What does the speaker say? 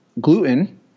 gluten